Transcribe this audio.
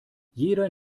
jeder